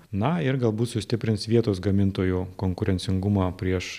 na ir galbūt sustiprins vietos gamintojų konkurencingumą prieš